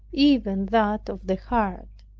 even that of the heart.